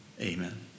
Amen